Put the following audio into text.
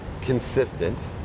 consistent